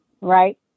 right